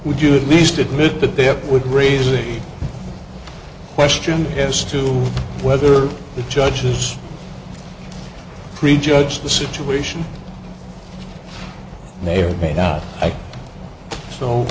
you at least admit that there would raise the question as to whether the judges prejudge the situation may or may not